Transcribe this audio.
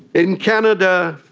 in canada,